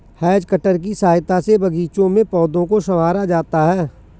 has cutter की सहायता से बागीचों में पौधों को सँवारा जाता है